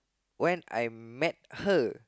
when I met her